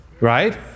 right